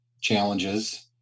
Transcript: challenges